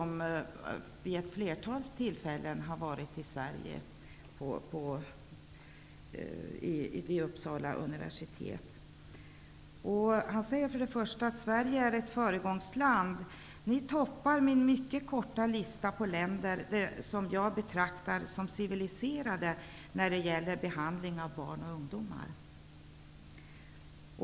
Han har vid ett flertal tillfällen varit i Sverige, vid Uppsala universitet. Han säger att Sverige är ett föregångsland, som toppar hans mycket korta lista över länder som han betraktar som civiliserade när det gäller behandling av barn och ungdomar.